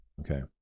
Okay